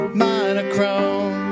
monochrome